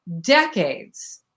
decades